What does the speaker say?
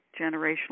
generational